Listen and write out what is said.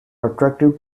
attractive